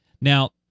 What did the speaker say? Now